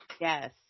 Yes